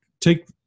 take